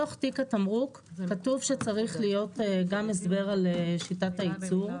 בתוך תיק התמרוק כתוב שצריך להיות גם הסבר על שיטת הייצור.